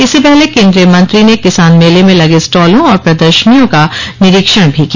इससे पहले केंद्रीय मंत्री ने किसान मेले में लगे स्टालों और प्रदशर्नियों का निरीक्षण भी किया